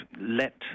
let